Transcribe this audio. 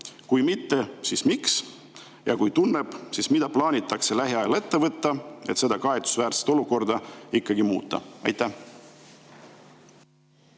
Kui mitte, siis miks, ja kui tunneb, siis mida plaanitakse lähiajal ette võtta, et seda kahetsusväärset olukorda ikkagi muuta? Aitäh!